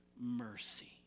mercy